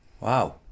Wow